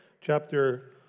chapter